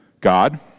God